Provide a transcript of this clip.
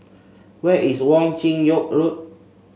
where is Wong Chin Yoke Road